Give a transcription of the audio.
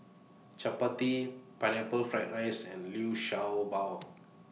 Chappati Pineapple Fried Rice and Liu Sha Bao